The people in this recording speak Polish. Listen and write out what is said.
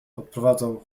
odprowadzał